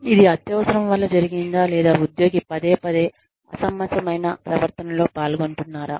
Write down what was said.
ఇది అత్యవసరం వల్ల జరిగిందా లేదా ఉద్యోగి పదేపదే అసమంజసమైన ప్రవర్తనలో పాల్గొంటున్నారా